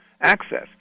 access